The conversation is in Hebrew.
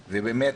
העובדים.